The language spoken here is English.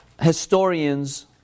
historians